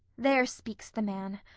there speaks the man!